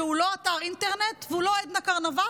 שהוא לא אתר אינטרנט והוא לא עדנה קרנבל,